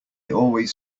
always